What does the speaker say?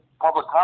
public